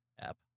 app